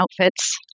outfits